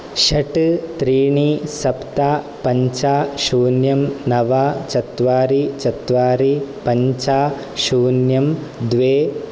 षट् त्रीणि सप्त पञ्च शून्यं नव चत्वारि चत्वारि पञ्च शून्यं द्वे